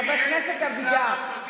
חבר הכנסת אבידר,